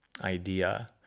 idea